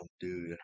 dude